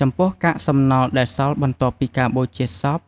ចំពោះកាក់សំណល់ដែលសល់បន្ទាប់ពីការបូជាសព